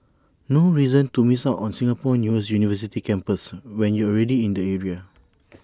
no reason to miss out on Singapore's newest university campus when you're already in the area